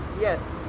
Yes